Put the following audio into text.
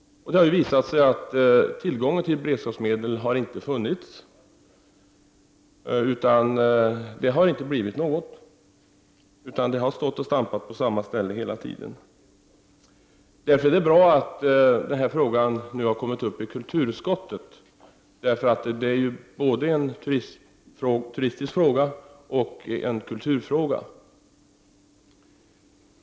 Det har ju visat sig att det inte funnits tillgång till beredskapsmedel, så frågan har stått och stampat på samma ställe hela tiden. Därför är det bra att frågan den här gången behandlats i kulturutskottet. Detta är ju nämligen både en turistisk fråga och en kulturfråga.